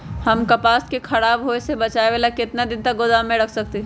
हम कपास के खराब होए से बचाबे ला कितना दिन तक गोदाम में रख सकली ह?